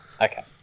Okay